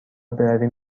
برویم